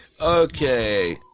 Okay